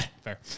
Fair